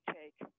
take